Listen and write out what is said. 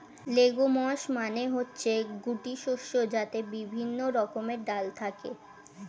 legumes মানে হচ্ছে গুটি শস্য যাতে বিভিন্ন রকমের ডাল থাকে